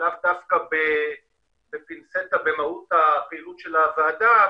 לאו דווקא בפינצטה במהות פעילות הוועדה,